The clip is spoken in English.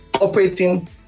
operating